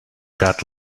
cat